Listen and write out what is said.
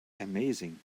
amazing